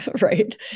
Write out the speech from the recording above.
right